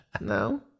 No